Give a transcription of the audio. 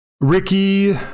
Ricky